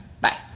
Bye